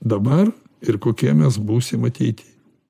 dabar ir kokie mes būsim ateity